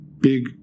big